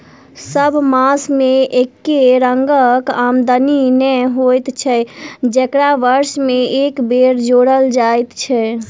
सभ मास मे एके रंगक आमदनी नै होइत छै जकरा वर्ष मे एक बेर जोड़ल जाइत छै